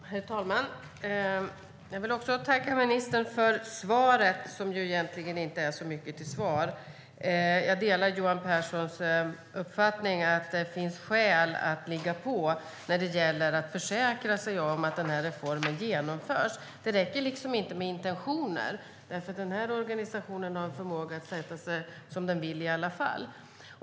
Herr talman! Jag vill också tacka ministern för svaret, som ju egentligen inte är så mycket till svar. Jag delar Johan Pehrsons uppfattning att det finns skäl att ligga på när det gäller att försäkra sig om att den här reformen genomförs. Det räcker liksom inte med intentionen, därför att den här organisationen har en förmåga att sätta sig som den vill i alla fall.